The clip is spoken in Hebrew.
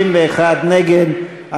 61 נגד.